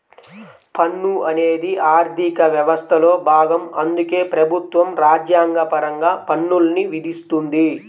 పన్ను అనేది ఆర్థిక వ్యవస్థలో భాగం అందుకే ప్రభుత్వం రాజ్యాంగపరంగా పన్నుల్ని విధిస్తుంది